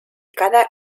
cada